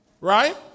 Right